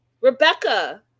Rebecca